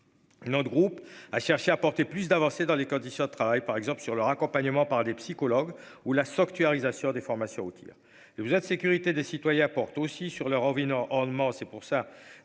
Notre groupe a cherché à apporter plus d'avancées dans les conditions de travail, par exemple sur leur accompagnement, par des psychologues ou la sanctuarisation des formations au tirs et vous êtes sécurité des citoyens portent aussi sur leur origine en en. C'est pour ça